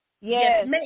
Yes